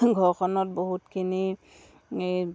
ঘৰখনত বহুতখিনি এই